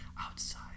outside